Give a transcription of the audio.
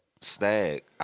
stag